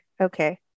Okay